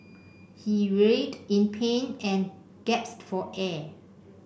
he writhed in pain and gasped for air